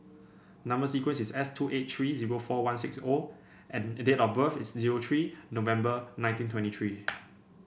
number sequence is S two eight three zero four one six O and date of birth is zero three November nineteen twenty three